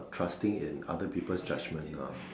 trusting in other people judgement ah